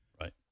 Right